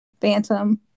Phantom